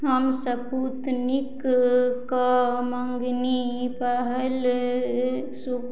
हम सपुतनिकके मँगनी पहिल